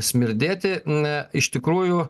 smirdėti na iš tikrųjų